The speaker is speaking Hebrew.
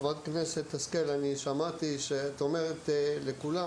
חברת הכנסת השכל - אני שמעתי שאת אומרת לכולם